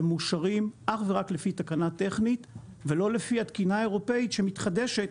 הם מאושרים אך ורק לפי תקנה טכנית ולא לפי התקינה האירופאית שמתחדשת,